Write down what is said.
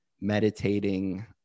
meditating